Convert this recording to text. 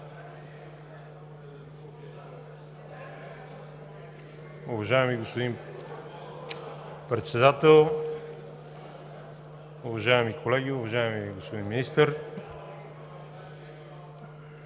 Уважаеми господин Председател, уважаеми колеги, уважаеми господин Министър!